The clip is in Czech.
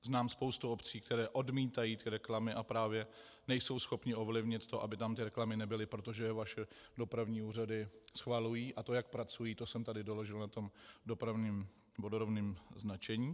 Znám spoustu obcí, které odmítají ty reklamy, a právě nejsou schopny ovlivnit to, aby tam ty reklamy nebyly, protože je vaše dopravní úřady schvalují, a to jak pracují, to jsem tady doložil na tom dopravním vodorovném značení.